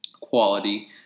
quality